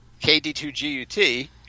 KD2GUT